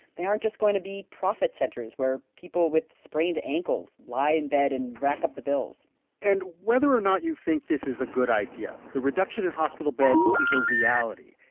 they aren't just going to be profit centers where people with sprained ankles lie in bed and rack up the bills and whether or not you think this is a good idea, the reduction in hospital beds is a reality.